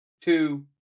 two